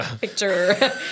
picture